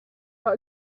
but